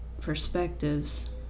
perspectives